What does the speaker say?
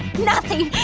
nothing,